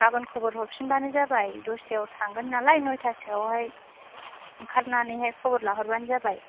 गाबोन खबर हरफिनबानो जाबाय दसतायाव थांगोन नालाय नयतासोआवहाय ओंखारनानैहाय खबर लाहरबानो जाबाय